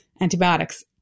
antibiotics